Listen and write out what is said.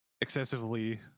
excessively